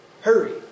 Hurry